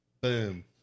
boom